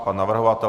Pan navrhovatel?